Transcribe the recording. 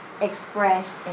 express